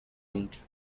donc